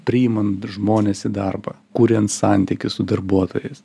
priimant žmones į darbą kuriant santykį su darbuotojais